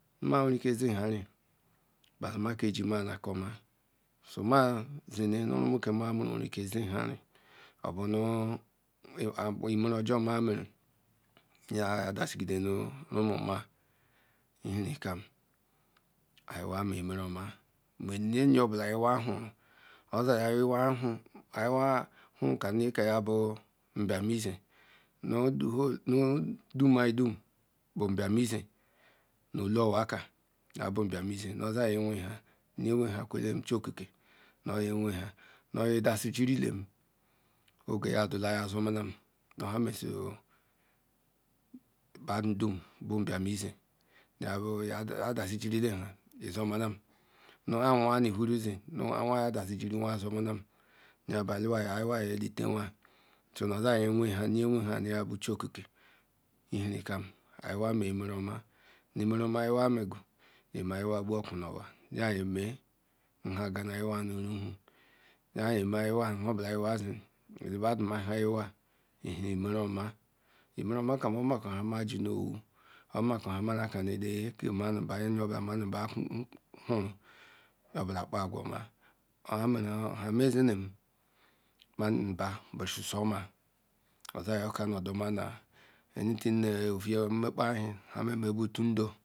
Ogun laru nu ri an otu Ogun laru nu ri nu anu Ogun laru nu ri nu isin Ogun laru nu ri nu shinu Ogun laru nu ri nu asa Ogun laru nu ri nu asatol Ogun laru nu ri nu ri tolu ogun atu ogun atu nu ogun atu nu abo ogun atu nu atol ogun atu nu anu ogun atu nu isin ogun atu nu ishinu ogun atu nu asa ogun atu nu asatol ogun atu nu tolu ogun atu nu iri ogun atu nu iri nu otu ogun atu nu iri nu abo ogun atu nu iri nu atol ogun atu nu iri nu atol ogun atu nu iri nu anu ogun atu nu iri nu isin ogun atu nu iri ishinu ogun atu nu iri nu asa ogun atu nu nu asatol ogun atu nu nu tolu ogun anu ogun anu nu otu ogun anu nu abo ogun anu nu atol ogun anu nu isin ogun anu nu ishinu ogun anu nu asa ogun anu nu asatol ogun anu nu tolu ogun anu nu iri ogun anu nu iri nu otu ogun anu nu iri nu abo ogun anu nu iri nu atol ogun anu nu iri nu anu ogun anu nu iri nu isin.